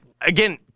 again